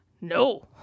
no